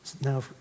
now